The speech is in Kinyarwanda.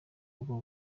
rw’u